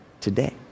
today